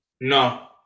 No